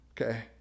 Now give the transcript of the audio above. Okay